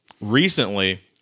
recently